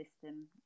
system